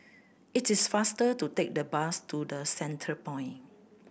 it is faster to take the bus to The Centrepoint